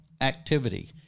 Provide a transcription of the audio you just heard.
activity